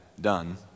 done